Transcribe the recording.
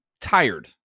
tired